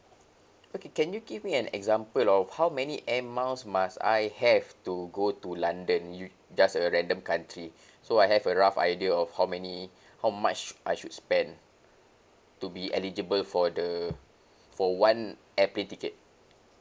okay can you give me an example of how many air miles must I have to go to london you just a random country so I have a rough idea of how many how much I should spend to be eligible for the for one airplane ticket